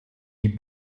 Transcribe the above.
die